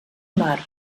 mar